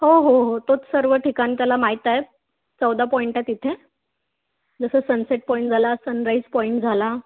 हो हो हो तोच सर्व ठिकाणं त्याला माहीत आहे चौदा पॉईंट आहे तिथे जसं सनसेट पॉईंट झाला सनराइज पॉईंट झाला